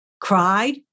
cried